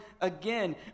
again